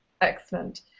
Excellent